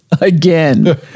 Again